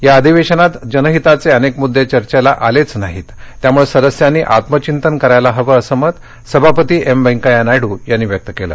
या अधिवेशनात जनहिताचे अनेक मुद्दे चर्चेला आलेच नाहीत त्यामुळे सदस्यांनी आत्मचिंतन करायला हवं असं मत सभापती एम व्यंकय्या नायडू यांनी व्यक्त केलं